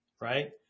right